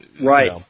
Right